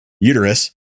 uterus